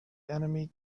enemy